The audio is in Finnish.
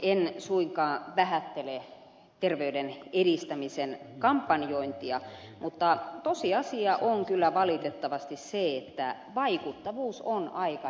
en suinkaan vähättele terveyden edistämisen kampanjointia mutta tosiasia on kyllä valitettavasti se että vaikuttavuus on aika heikkoa